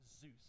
Zeus